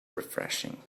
refreshing